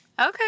Okay